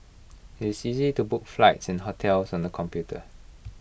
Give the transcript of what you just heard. IT is easy to book flights and hotels on the computer